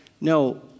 no